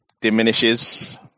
diminishes